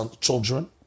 children